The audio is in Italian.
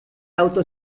auto